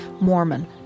Mormon